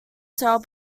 sail